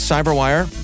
Cyberwire